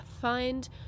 find